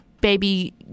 baby